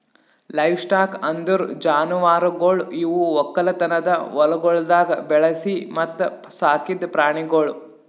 livestock ಅಂದುರ್ ಜಾನುವಾರುಗೊಳ್ ಇವು ಒಕ್ಕಲತನದ ಹೊಲಗೊಳ್ದಾಗ್ ಬೆಳಿಸಿ ಮತ್ತ ಸಾಕಿದ್ ಪ್ರಾಣಿಗೊಳ್